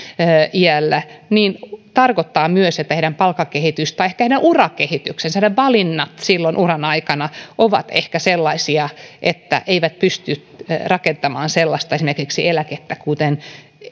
iällä tarkoittaa myös että heidän palkkakehityksensä tai ehkä heidän urakehityksensä heidän valintansa silloin uran aikana ovat sellaisia että he eivät pysty rakentamaan esimerkiksi sellaista eläkettä kuin